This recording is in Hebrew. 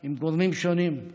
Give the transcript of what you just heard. עם גורמים שונים,